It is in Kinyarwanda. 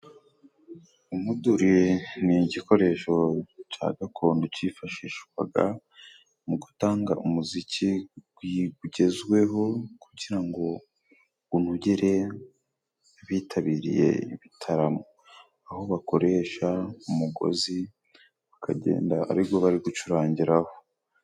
Umuduri ni igikoresho cya gakondo cyifashishwaga, mu gutanga umuziki ugezweho, kugira ngo unogerere abitabiriye ibitaramo, aho bakoresha umugozi bakagenda ari wo bari gucurangiraho.